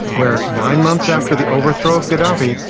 where nine months after the overthrow of gaddafi,